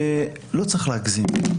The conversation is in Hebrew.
לא צריך להגזים,